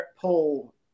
pull –